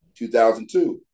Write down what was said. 2002